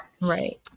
Right